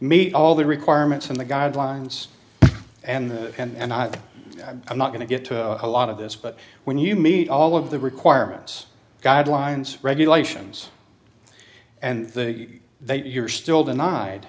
meet all the requirements and the guidelines and and i i'm not going to get to a lot of this but when you meet all of the requirements guidelines regulations and that you're still denied